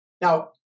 Now